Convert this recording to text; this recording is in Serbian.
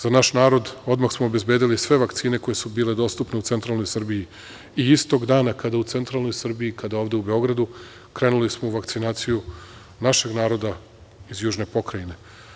Za naš narod odmah smo obezbedili sve vakcine koje su bile dostupne u centralnoj Srbiji i istog dana kada i u centralnoj Srbiji, kada i ovde u Beogradu krenuli smo u vakcinaciju našeg naroda iz južne pokrajine.